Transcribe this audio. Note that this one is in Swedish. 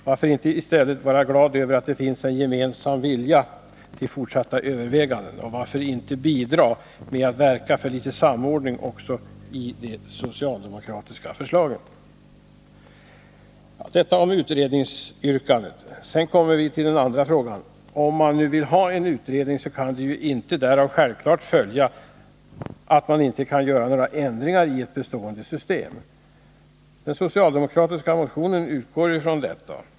Varför inte i stället vara glad över att det finns en gemensam vilja till fortsatta överväganden? Och varför inte bidra till att verka för litet samordning också i de socialdemokratiska förslagen? Detta om utredningsyrkandet. Sedan kommer vi till den andra frågan. Om man nu vill ha en utredning, behöver det för den skull självfallet inte vara så att man inte kan göra några ändringar i ett bestående system. Den socialdemokratiska motionen utgår från det.